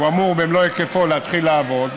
אמור להתחיל לעבוד במלוא היקפו,